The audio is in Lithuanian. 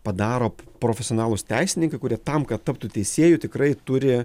padaro profesionalūs teisininkai kurie tam kad taptų teisėju tikrai turi